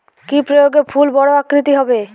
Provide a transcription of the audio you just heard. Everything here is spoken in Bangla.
কি প্রয়োগে ফুল বড় আকৃতি হবে?